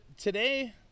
Today